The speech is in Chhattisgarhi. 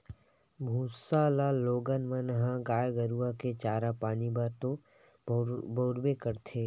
भूसा ल लोगन मन ह गाय गरु के चारा पानी बर तो बउरबे करथे